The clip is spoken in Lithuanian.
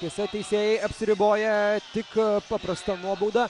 tiesa teisėjai apsiriboja tik paprasta nuobauda